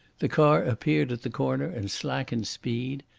the car appeared at the corner and slackened speed.